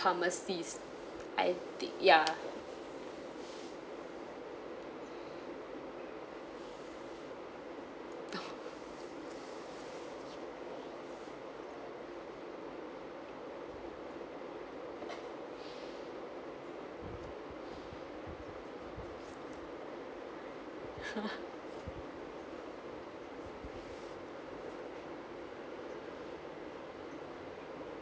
pharmacist I think ya